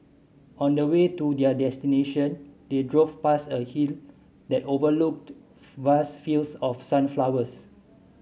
on the way to their destination they drove past a hill that overlooked vast fields of sunflowers